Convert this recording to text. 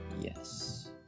Yes